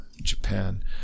Japan